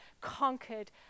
conquered